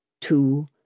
two